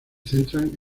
centran